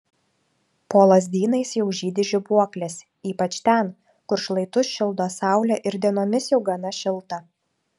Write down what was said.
po lazdynais jau žydi žibuoklės ypač ten kur šlaitus šildo saulė ir dienomis jau gana šilta